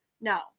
no